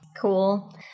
Cool